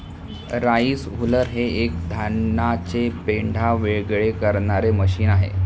rice huller हे एक धानाचे पेंढा वेगळे करणारे मशीन आहे